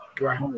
right